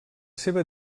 seva